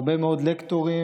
הרבה מאוד לקטורים,